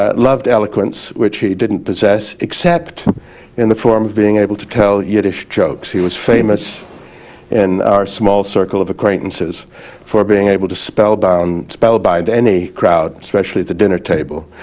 ah loved eloquence, which he didn't possess except in the form of being able to tell yiddish jokes. he was famous in our small circle of acquaintances for being able to spellbind spellbind any crowd, especially at the dinner table,